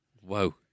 whoa